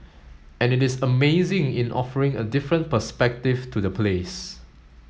and it is amazing in offering a different perspective to the place